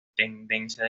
intendencia